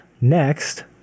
Next